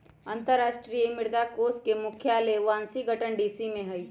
अंतरराष्ट्रीय मुद्रा कोष के मुख्यालय वाशिंगटन डीसी में हइ